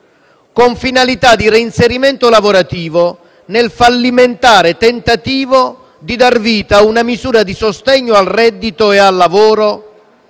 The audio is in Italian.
con finalità di reinserimento lavorativo, nel fallimentare tentativo di dar vita a una misura di sostegno al reddito e al lavoro